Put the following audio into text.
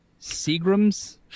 Seagram's